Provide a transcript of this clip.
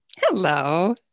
Hello